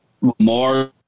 Lamar